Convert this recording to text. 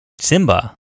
Simba